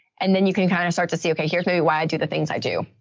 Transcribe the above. and then you can kind of start to see, okay. here's maybe why i do the things i do.